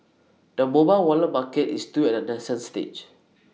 the mobile wallet market is still at A nascent stage